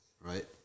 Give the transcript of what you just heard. Right